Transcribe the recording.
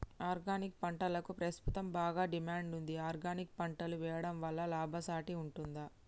Organic పంటలకు ప్రస్తుతం బాగా డిమాండ్ ఉంది ఆర్గానిక్ పంటలు వేయడం వల్ల లాభసాటి ఉంటుందా?